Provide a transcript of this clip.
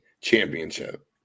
championship